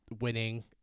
winning